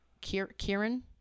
Kieran